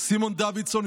סימון דוידסון,